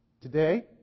Today